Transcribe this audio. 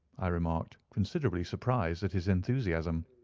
i remarked, considerably surprised at his enthusiasm.